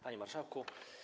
Panie Marszałku!